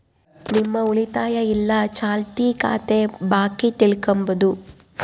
ನಿಮ್ಮ ಉಳಿತಾಯ ಇಲ್ಲ ಚಾಲ್ತಿ ಖಾತೆ ಬಾಕಿ ತಿಳ್ಕಂಬದು